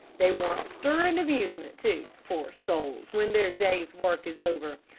they want stir and amusement, too, poor souls, when their day's work is over.